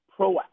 proactive